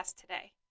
today